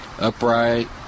upright